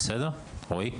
בסדר רועי?